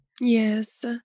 Yes